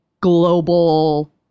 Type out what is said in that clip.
global